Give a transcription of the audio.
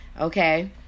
Okay